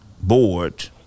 board